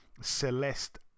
Celeste